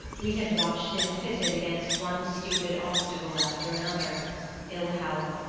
we had watched him pitted against one stupid obstacle after another ill-health,